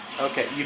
Okay